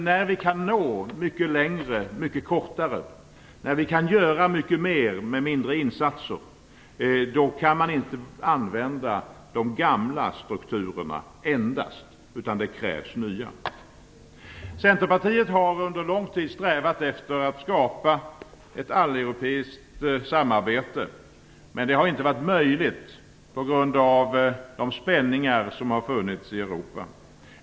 När vi kan nå mycket längre mycket kortare, när vi kan göra mycket mera med mindre insatser, då kan man inte använda endast de gamla strukturerna. Det krävs nya. Centerpartiet har under lång tid strävat efter att skapa ett alleuropeiskt samarbete. Det har inte varit möjligt på grund av de spänningar som har funnits i Europa.